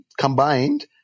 combined